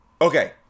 okay